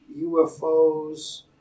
UFOs